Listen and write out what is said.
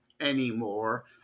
anymore